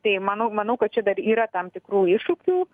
tai manau manau kad čia dar yra tam tikrų iššūkių